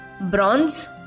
Bronze